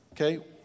Okay